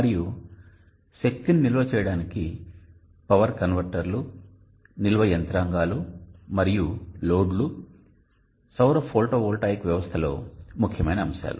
మరియు శక్తిని నిల్వ చేయడానికి పవర్ కన్వర్టర్లు నిల్వ యంత్రాంగాలు మరియు లోడ్స్ ఇవన్నీ సౌర ఫోటో వోల్టాయిక్ వ్యవస్థలో ముఖ్యమైన అంశాలు